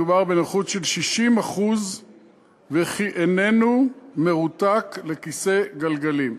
מדובר בנכות של 60% וכי הוא איננו מרותק לכיסא גלגלים,